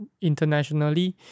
internationally